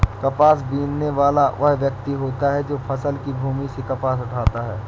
कपास बीनने वाला वह व्यक्ति होता है जो फसल की भूमि से कपास उठाता है